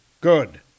Good